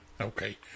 Okay